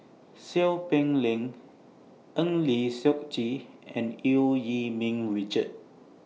Seow Peck Leng Eng Lee Seok Chee and EU Yee Ming Richard